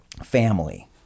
family